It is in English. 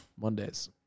Mondays